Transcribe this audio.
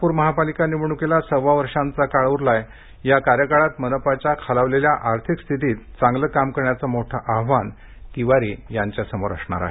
नागपूर महापालिका निवडणूकीला सव्वावर्षाचा काळ उरलाय या कार्यकाळात मनपाच्या खालावलेल्या आर्थिक स्थितीत चांगलं काम करण्याचं मोठं आव्हान दयाशंकर तिवारी यांच्यापुढे राहणार आहे